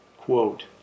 Quote